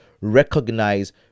recognize